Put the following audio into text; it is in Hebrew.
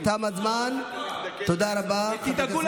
תודה רבה.